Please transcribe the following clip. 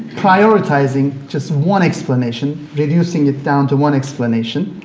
prioritizing just one explanation, reducing it down to one explanation,